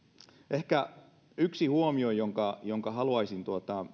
ehkä yksi huomio jonka jonka haluaisin